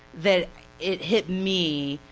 that it hit me,